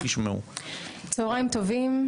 צהריים טובים,